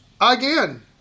again